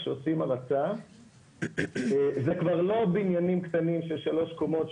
כשעושים הרצה זה כבר לא בניינים קטנים של שלוש קומות,